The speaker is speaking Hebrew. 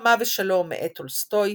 "מלחמה ושלום" מאת טולסטוי,